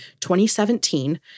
2017